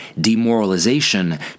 Demoralization